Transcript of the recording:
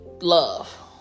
love